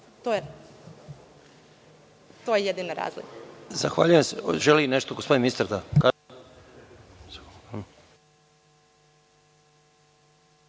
To je jedina razlika.